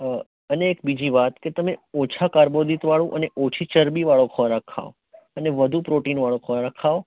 અને એક બીજી વાત તમે ઓછા કાર્બોદિતવાળું અને ઓછી ચરબીવાળો ખોરાક ખાવ અને વધુ પ્રોટીનવાળો ખોરાક ખાવ